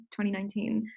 2019